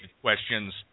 questions